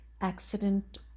accident